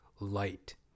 light